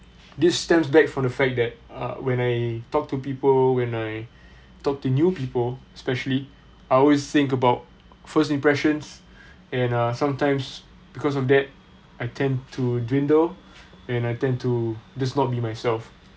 this stems back from the fact that uh when I talk to people when I talk to new people especially I always think about first impressions and uh sometimes because of that I tend to dwindle and I tend to just not be myself